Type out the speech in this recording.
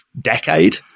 decade